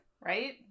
Right